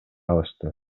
алышты